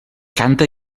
canta